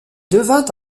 devint